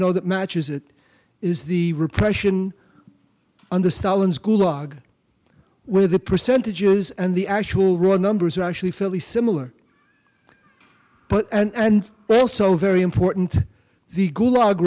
know that matches it is the repression under stalin's gulag where the percentages and the actual real numbers are actually fairly similar but and also very important the gulag